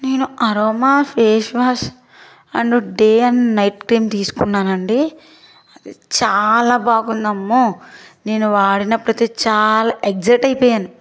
నేను aroma face wash and day and night cream తీసుకున్నానండి అది చాలా బాగుందమ్మో నేను వాడిన ప్రతీ చా ఎక్సైట్ అయిపోయాను